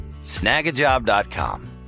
Snagajob.com